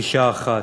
קשישה אחת,